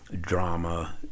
drama